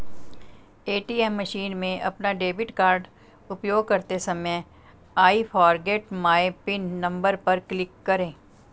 ATM machine में अपना debit card उपयोग करते समय I forget my PIN number पर क्लिक करें